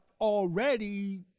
already